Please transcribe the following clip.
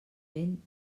ben